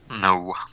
no